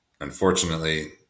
unfortunately